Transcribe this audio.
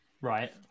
Right